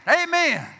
Amen